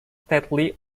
stately